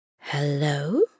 Hello